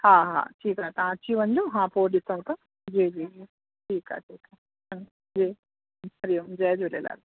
हा हा ठीकु आहे तव्हां अची वञिजो हा पोइ ॾिसऊं था जी जी जी ठीकु आहे ठीकु आहे हा जी हरिओम जय झूलेलाल